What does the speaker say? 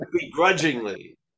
begrudgingly